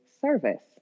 service